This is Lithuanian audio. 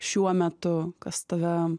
šiuo metu kas tave